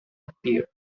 appeared